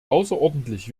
außerordentlich